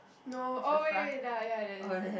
no oh wait wait that ya there isn't